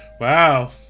wow